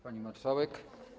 Pani Marszałek!